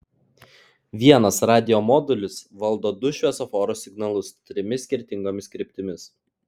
vienas radijo modulis valdo du šviesoforo signalus trimis skirtingomis kryptimis